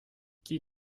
qui